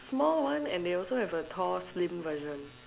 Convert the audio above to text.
small one and they also have a tall slim version